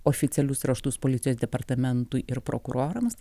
oficialius raštus policijos departamentui ir prokurorams